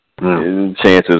chances